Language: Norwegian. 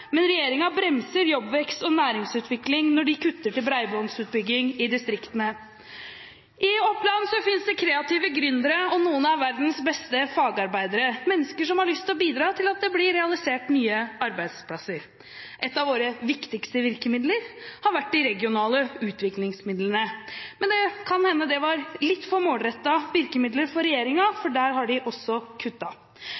men regjeringen bremser jobbvekst og næringsutvikling når de kutter til bredbåndsutbygging i distriktene. I Oppland finnes det kreative gründere og noen av verdens beste fagarbeidere, mennesker som har lyst til å bidra til at det blir realisert nye arbeidsplasser. Et av våre viktigste virkemidler har vært de regionale utviklingsmidlene, men det kan hende det var litt for målrettede virkemidler for